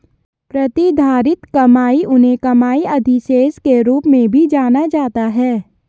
प्रतिधारित कमाई उन्हें कमाई अधिशेष के रूप में भी जाना जाता है